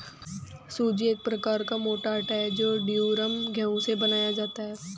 सूजी एक प्रकार का मोटा आटा है जो ड्यूरम गेहूं से बनाया जाता है